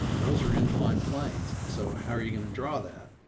those are inclined planes. so how are you going to draw that?